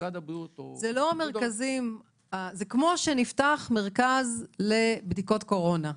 משרד הבריאות --- זה כמו שנפתח מרכז לבדיקות קורונה.